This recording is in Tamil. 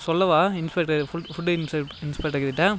சொல்லவா இன்ஸ்பெக்டர் ஃபு ஃபுட் இன்ஸு இன்ஸ்பெக்டர்கிட்ட